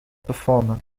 performer